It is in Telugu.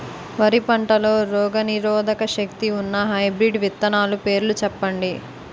వరి పంటలో రోగనిరోదక శక్తి ఉన్న హైబ్రిడ్ విత్తనాలు పేర్లు ఏంటి?